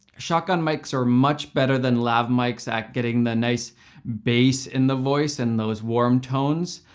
shotgun mics are much better than lav mics at getting the nice bass in the voice, and those warm tones.